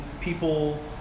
people